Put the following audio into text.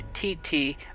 t-t